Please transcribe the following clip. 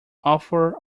author